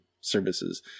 services